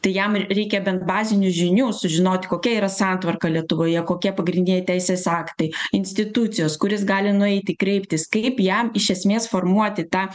tai jam r reikia bent bazinių žinių sužinot kokia yra santvarka lietuvoje kokie pagrindiniai teisės aktai institucijos kur jis gali nueiti kreiptis kaip jam iš esmės formuoti tą